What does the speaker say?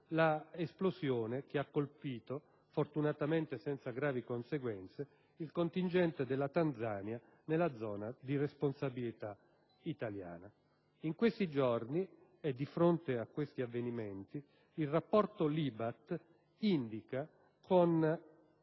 l'esplosione che ha colpito, fortunatamente senza gravi conseguenze, il contingente della Tanzania nella zona di responsabilità italiana. In questi giorni e di fronte a questi avvenimenti, il rapporto Libat indica come,